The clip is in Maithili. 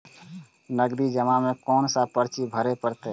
नगदी जमा में कोन सा पर्ची भरे परतें?